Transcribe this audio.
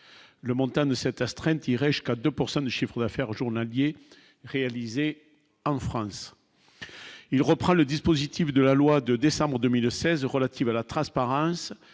le montant de cette astreinte irait jusqu'à 2 pourcent du chiffre d'affaires journalier réalisée en France, il reprend le dispositif de la loi de décembre 2009 16 E relative à la trace